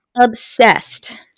obsessed